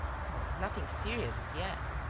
oh, nothing serious as yet.